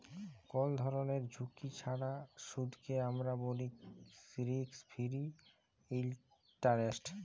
call ধরলের ঝুঁকি ছাড়া সুদকে আমরা ব্যলি রিস্ক ফিরি ইলটারেস্ট